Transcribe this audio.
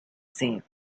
same